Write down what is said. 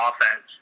offense